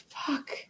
fuck